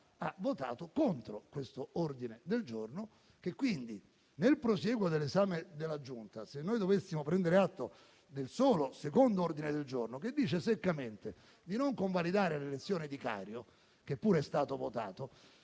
ha votato contro quest'ordine del giorno, pertanto nel prosieguo dell'esame della Giunta, se noi dobbiamo prendere atto solo del secondo ordine del giorno, che afferma seccamente di non convalidare l'elezione di Cario, che pure è stato votato,